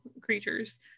creatures